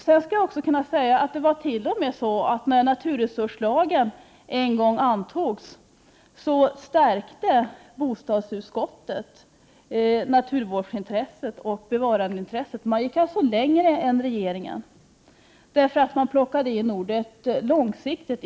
Det var t.o.m. så att när naturresurslagen en gång antogs stärkte bostadsutskottet naturvårdsintresset och bevarandeintresset. Man gick alltså längre än regeringen och plockade in ordet ”långsiktigt”.